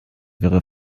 wäre